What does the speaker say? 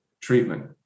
treatment